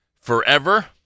Forever